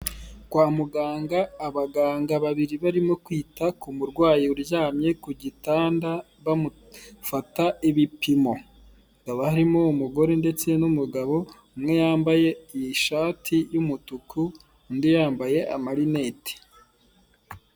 Kwa muganga, abaganga babiri barimo kwita ku murwayi uryamye ku gitanda bamufata ibipimo, barimo umugore ndetse n'umugabo umwe yambaye iyi shati y'umutuku undi yambaye amarineti.